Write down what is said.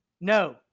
No